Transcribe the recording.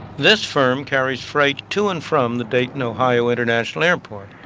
this firm carries freight to and from the dayton, ohio international airport.